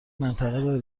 منطقه